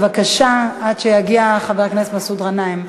עד שיגיע חבר הכנסת מסעוד גנאים.